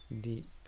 deep